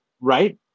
right